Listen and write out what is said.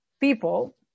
people